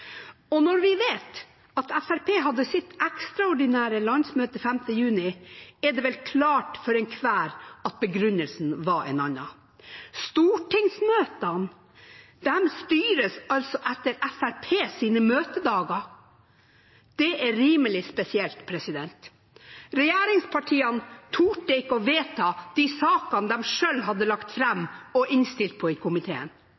samlet. Når vi vet at Fremskrittspartiet hadde sitt ekstraordinære landsmøte 5. juni, er det vel klart for enhver at begrunnelsen var en annen. Stortingsmøtene styres altså etter Fremskrittspartiets møtedager. Det er rimelig spesielt. Regjeringspartiene turte ikke å vedta de sakene de selv hadde lagt fram og innstilt på i komiteen.